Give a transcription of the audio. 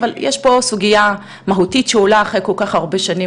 אבל יש פה סוגייה מהותית שעולה אחרי כל כך הרבה שנים,